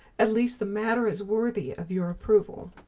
at least the matter is worthy of your approval.